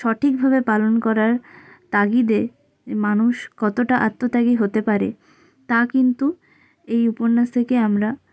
সঠিকভাবে পালন করার তাগিদে মানুষ কতোটা আত্মত্যাগী হতে পারে তা কিন্তু এই উপন্যাস থেকে আমরা